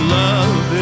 love